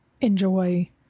enjoy